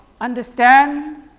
understand